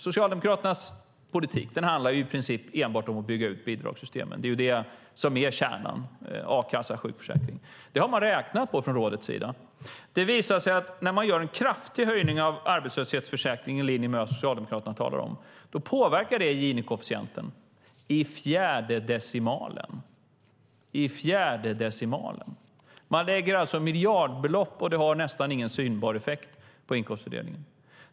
Socialdemokraternas politik handlar i princip enbart om att bygga ut bidragssystemen, och kärnan är a-kassan och sjukförsäkringen. Rådet har räknat på detta. Det visar sig att när man gör en kraftig höjning av arbetslöshetsförsäkringen i linje med vad Socialdemokraterna talar om påverkar det Gini-koefficienten i fjärde decimalen. Man lägger alltså miljardbelopp, och det har nästan ingen synbar effekt på inkomstfördelningen.